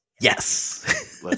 yes